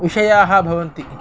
विषयाः भवन्ति